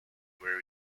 were